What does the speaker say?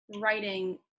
writing